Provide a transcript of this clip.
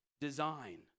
design